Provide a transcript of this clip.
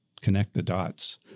connect-the-dots